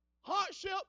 hardship